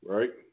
Right